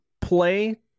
play